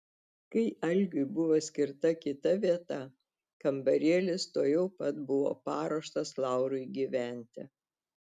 kai algiui buvo skirta kita vieta kambarėlis tuojau pat buvo paruoštas laurui gyventi